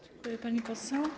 Dziękuję, pani poseł.